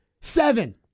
Seven